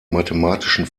mathematischen